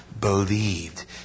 believed